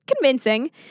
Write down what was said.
convincing